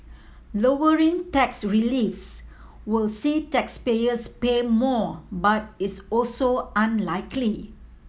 lowering tax reliefs will see taxpayers pay more but is also unlikely